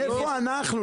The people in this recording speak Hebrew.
איפה אנחנו?